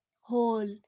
whole